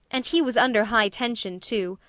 and he was under high tension, too.